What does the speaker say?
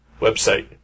website